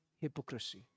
hypocrisy